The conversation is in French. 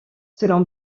selon